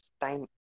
time